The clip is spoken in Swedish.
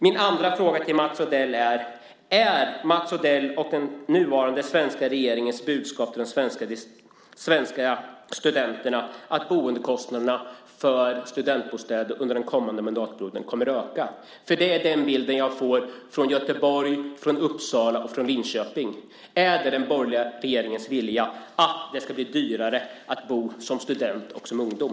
Min andra fråga till Mats Odell är om Mats Odells och den nuvarande svenska regeringens budskap till de svenska studenterna är att boendekostnaderna för studentbostäder under den kommande mandatperioden kommer att öka. Det är den bilden jag får från Göteborg, Uppsala och Linköping. Är det den borgerliga regeringens vilja att det ska bli dyrare att bo som student och ungdom?